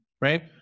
Right